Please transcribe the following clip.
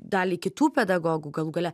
daliai kitų pedagogų galų gale